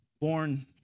Born